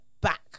back